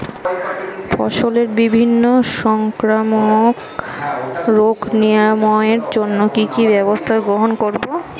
ফসলের বিভিন্ন সংক্রামক রোগ নিরাময়ের জন্য কি কি ব্যবস্থা গ্রহণ করব?